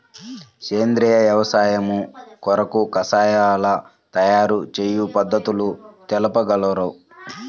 సేంద్రియ వ్యవసాయము కొరకు కషాయాల తయారు చేయు పద్ధతులు తెలుపగలరు?